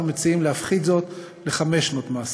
אנחנו מציעים להפחית זאת לחמש שנות מאסר.